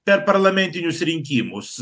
per parlamentinius rinkimus